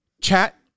Chat